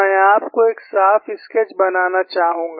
मैं आपको एक साफ स्केच बनाना चाहूंगा